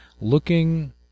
looking